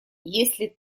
если